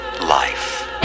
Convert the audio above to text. life